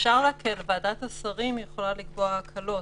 ועדת השרים יכולה לקבוע הקלות,